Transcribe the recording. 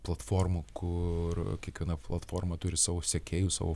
platformų kur kiekviena platforma turi savo sekėjų savo